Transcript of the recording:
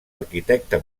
arquitecte